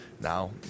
now